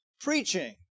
preaching